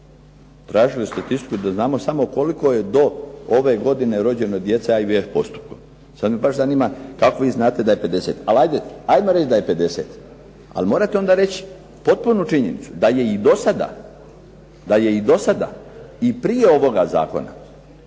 tražili statistiku da znamo samo koliko je do ove godine rođeno djece …/Govornik se ne razumije./… postupkom. Sad me baš zanima kako vi znate da je 50. Ali hajde hajmo reći da je 50. Ali morate onda reći potpunu činjenicu, da je i do sada i prije ovoga zakona